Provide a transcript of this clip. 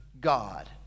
God